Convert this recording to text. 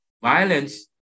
violence